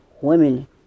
women